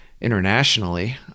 internationally